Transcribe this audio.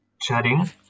chatting